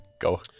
Go